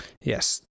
Yes